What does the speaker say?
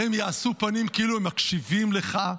הם יעשו פנים כאילו הם מקשיבים לך,